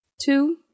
Two